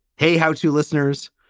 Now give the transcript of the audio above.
hey, how to listeners?